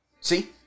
See